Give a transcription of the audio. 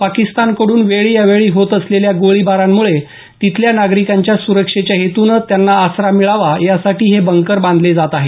पाकिस्तानाकडून वेळी अवेळी होत असलेल्या गोळीबारामुळे तिथल्या नागरिकांच्या सुरक्षेच्या हेतुन त्यांना आसरा मिळावा यासाठी हे बंकर बांधले जात आहेत